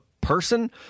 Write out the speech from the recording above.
person